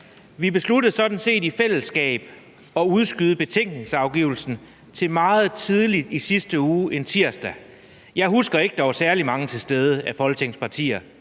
Vi besluttede sådan set i fællesskab at udskyde betænkningsafgivelsen til meget tidligt i sidste uge, nemlig en tirsdag. Jeg husker ikke, at der var særlig mange af Folketingets partier